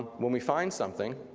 ah when we find something,